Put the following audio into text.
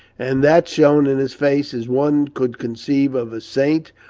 and that shone in his face as one could conceive of a saint,